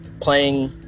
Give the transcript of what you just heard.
playing